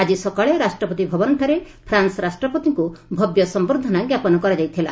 ଆଜି ସକାଳେ ରାଷ୍ଟ୍ରପତି ଭବନଠାରେ ଫ୍ରାନ୍ସ ରାଷ୍ଟ୍ରପତିଙ୍କୁ ଭବ୍ୟ ସମ୍ଭର୍ଦ୍ଧନା ଜ୍ଞାପନ କରାଯାଇଥିଲା